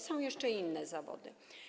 Są jeszcze inne zawody.